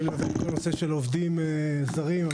אני מלווה את נושא העובדים הזרים,